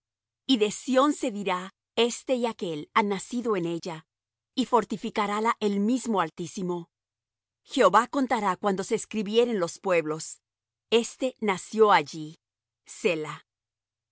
y de sión se dirá este y aquél han nacido en ella y fortificarála el mismo altísimo jehová contará cuando se escribieren los pueblos este nació allí